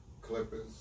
Clippers